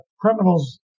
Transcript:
criminals